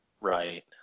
Right